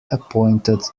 appointed